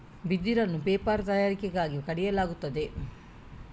ಬಿದಿರನ್ನು ಪೇಪರ್ ತಯಾರಿಕೆಗಾಗಿ ಕಡಿಯಲಾಗುತ್ತದೆ